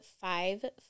five